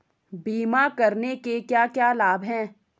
बीमा करने के क्या क्या लाभ हैं?